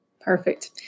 Perfect